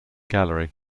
gallery